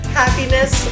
happiness